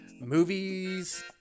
movies